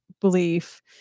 belief